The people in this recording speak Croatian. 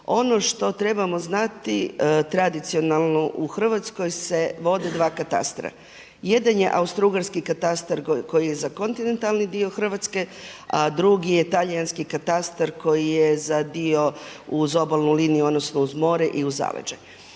ono što trebamo znati tradicionalno u Hrvatskoj se vode dva katastra. Jedan je austrougarski katastar koji je za kontinentalni dio Hrvatske, a drugi je talijanski katastar koji je za dio uz obalnu liniju odnosno uz more i uz zaleđe.